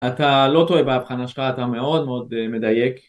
אתה לא טועה בהבחנה שלך, אתה מאוד מאוד מדייק